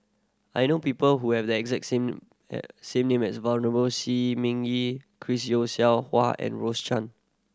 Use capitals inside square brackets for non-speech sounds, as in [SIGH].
I know people who have the exact same [UNINTELLIGIBLE] same name as [UNINTELLIGIBLE] Shi Ming Yi Chris Yeo Siew Hua and Rose Chan